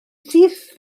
syth